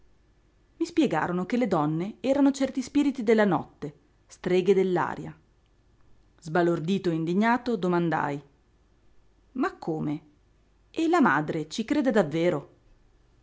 i spiegarono che le donne erano certi spiriti della notte streghe dell'aria sbalordito e indignato domandai ma come e la madre ci crede davvero